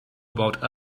about